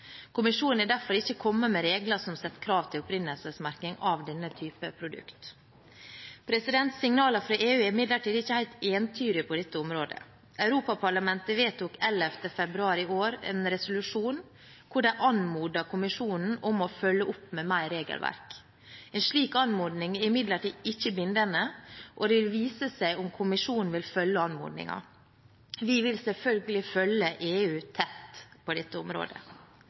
Kommisjonen har derfor ikke kommet med regler som setter krav til opprinnelsesmerking av denne typen produkter. Signalene fra EU er imidlertid ikke helt entydige på dette området. Europaparlamentet vedtok 11. februar i år en resolusjon hvor de anmodet kommisjonen om å følge opp med mer regelverk. En slik anmodning er imidlertid ikke bindende, og det vil vise seg om kommisjonen vil følge anmodningen. Vi vil selvfølgelig følge EU tett på dette området.